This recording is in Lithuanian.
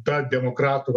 ta demokratų